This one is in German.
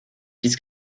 dies